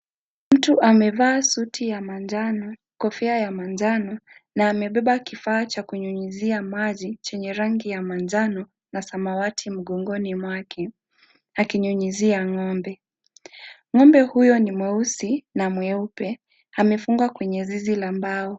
Mtu amevaa suti ya manjano, kofia ya manjano na amebeba kifaa cha kunyunyuzia maji chenye rangi ya manjano na samawati mgongoni mwake akinyunyuzia ngombe, ngombe huyo ni mweusi na mweupe amefungwa kwenye zizi la mbao.